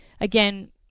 again